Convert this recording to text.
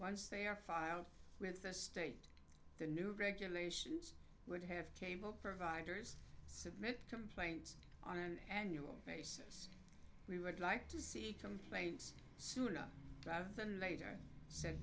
once they are filed with the state the new regulations would have cable providers submit complaints on an annual basis we would like to see complaints sooner rather than later s